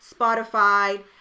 Spotify